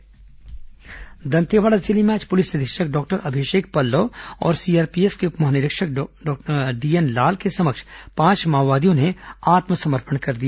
माओवादी आत्मसमर्पण दंतेवाड़ा जिले में आज पुलिस अधीक्षक डॉक्टर अभिषेक पत्लव और सीआरपीएफ के उप महानिरीक्षक डीएन लाल के समक्ष पांच माओवादियों ने आत्मसमर्पण कर दिया